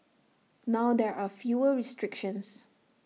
now there are fewer restrictions